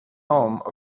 home